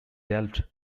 delft